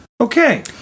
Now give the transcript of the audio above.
Okay